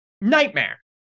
Nightmare